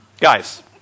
Guys